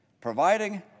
providing